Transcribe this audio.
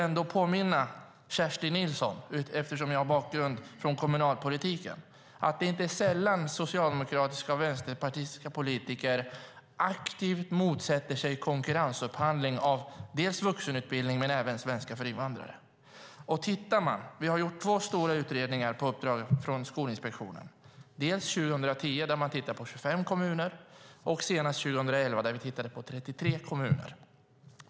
Eftersom jag har en bakgrund i kommunalpolitiken vill jag påminna Kerstin Nilsson om att det inte är sällan som socialdemokratiska och vänsterpartistiska politiker aktivt motsätter sig konkurrensupphandling av vuxenutbildning och även svenska för invandrare. Det har gjorts två stora utredningar på uppdrag av Skolinspektionen. 2010 tittade man på 25 kommuner, och nu senast 2011 tittade man på 33 kommuner.